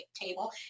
table